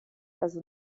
also